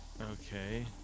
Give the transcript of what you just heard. Okay